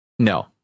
no